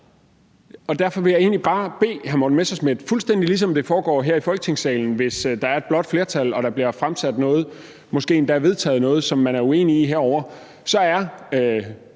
men også at kæmpe. Det er fuldstændig, ligesom det foregår her i Folketingssalen, hvis der er et blåt flertal og der bliver fremsat noget og måske endda vedtaget noget, som man er uenig i herovre; så er